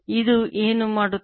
ಇದು ಏನು ಮಾಡುತ್ತದೆ